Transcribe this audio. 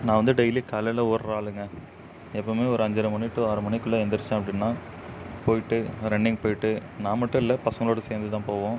நான் வந்து டெய்லி காலையில ஓடுற ஆளுங்க எப்போவுமே ஒரு அஞ்சரை மணி டூ ஆறு மணிக்குள்ள எந்திரிச்சேன் அப்படின்னா போய்ட்டு ரன்னிங் போய்ட்டு நான் மட்டும் இல்லை பசங்களோட சேர்ந்து தான் போவோம்